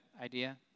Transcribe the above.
idea